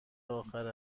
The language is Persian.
آخر